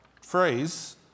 phrase